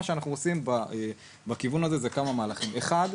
מה שאנחנו עושים בכיוון הזה זה כמה מהלכים: אחד,